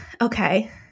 okay